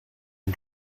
and